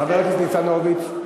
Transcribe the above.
חבר הכנסת ניצן הורוביץ?